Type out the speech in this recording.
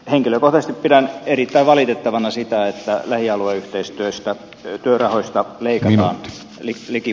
henkilökohtaisesti pidän erittäin valitettavana sitä että lähialueyhteistyörahoista leikataan liki